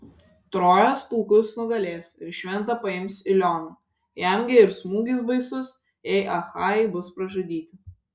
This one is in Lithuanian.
trojos pulkus nugalės ir šventą paims ilioną jam gi ir smūgis baisus jei achajai bus pražudyti